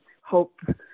hope